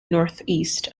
northeast